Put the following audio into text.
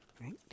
right